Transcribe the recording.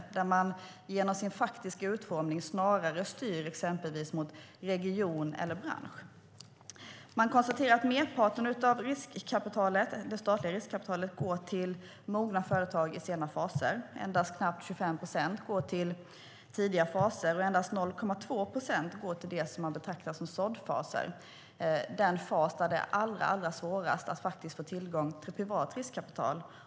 Genom den faktiska utformningen styr man snarare exempelvis mot region eller bransch. Man konstaterar att merparten av det statliga riskkapitalet går till mogna företag i sena faser. Endast knappt 25 procent går till tidiga faser och endast 0,2 procent går till det som betraktas som såddfaser. Det är de faser där det är allra svårast att få tillgång till privat riskkapital.